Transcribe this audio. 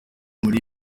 muri